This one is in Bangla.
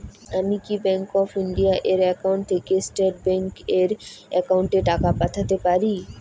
আমি কি ব্যাংক অফ ইন্ডিয়া এর একাউন্ট থেকে স্টেট ব্যাংক এর একাউন্টে টাকা পাঠাতে পারি?